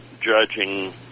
judging